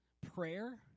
prayer